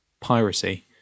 piracy